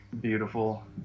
beautiful